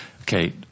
Okay